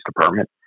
department